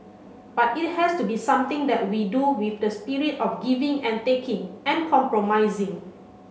but it has to be something that we do with the spirit of giving and taking and compromising